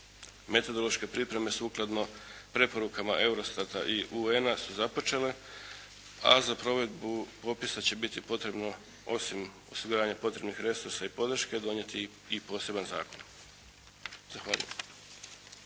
Metodološke pripreme sukladno preporukama Eurostata i UN-a su započele, a za provedbu popisa će biti potrebno osim osiguranja potrebnih resursa i podrške donijeti i poseban zakon. Zahvaljujem.